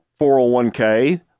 401k